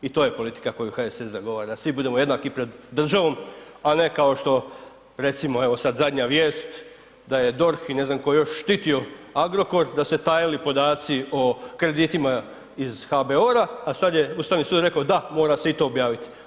I to je politika koju HSS zagovara, da svi budemo jednaki pred državom, a ne kao što, recimo evo sad zadnja vijest da je DORH i ne znam tko još štitio Agrokor da su se tajili podaci o kreditima iz HBOR-a, a sad je Ustavni sud rekao da, mora se i to objaviti.